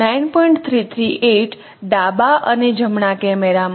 33 8 ડાબા અને જમણાં કેમેરામાં